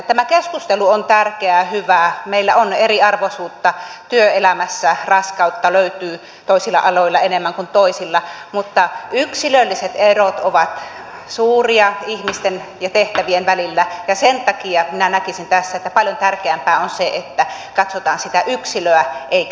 tämä keskustelu on tärkeää ja hyvää meillä on eriarvoisuutta työelämässä raskautta löytyy toisilla aloilla enemmän kuin toisilla mutta yksilölliset erot ovat suuria ihmisten ja tehtävien välillä ja sen takia minä näkisin tässä että paljon tärkeämpää on se että katsotaan sitä yksilöä eikä järjestelmää